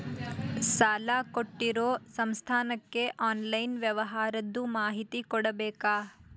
ಸಾಲಾ ಕೊಟ್ಟಿರೋ ಸಂಸ್ಥಾಕ್ಕೆ ಆನ್ಲೈನ್ ವ್ಯವಹಾರದ್ದು ಮಾಹಿತಿ ಕೊಡಬೇಕಾ?